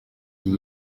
iki